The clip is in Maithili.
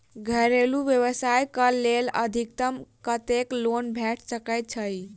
घरेलू व्यवसाय कऽ लेल अधिकतम कत्तेक लोन भेट सकय छई?